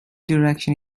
direction